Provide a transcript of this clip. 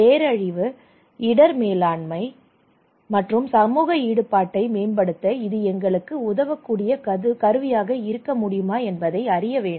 பேரழிவு இடர் மேலாண்மை மற்றும் சமூக ஈடுபாட்டை மேம்படுத்த இது எங்களுக்கு உதவக்கூடிய கருவியாக இருக்க முடியுமா என்பதை அறிய வேண்டும்